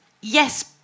yes